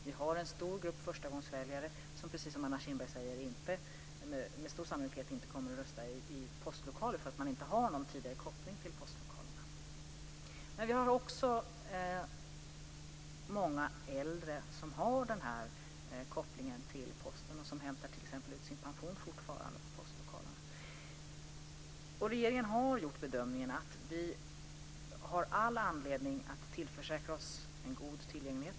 Det finns en stor grupp förstagångsväljare som, precis som Anna Kinberg säger, med stor sannolikhet inte kommer att rösta i postlokaler därför att de inte har någon tidigare koppling till dessa. Det finns också många äldre som har koppling till postlokalerna och som fortfarande hämtar ut sin pension på posten. Regeringen har gjort bedömningen att det finns all anledning att tillförsäkra alla en god tillgänglighet.